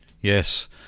Yes